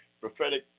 prophetic